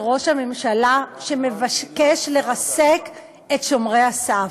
ראש הממשלה שמבקש לרסק את שומרי הסף.